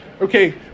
Okay